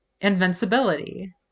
invincibility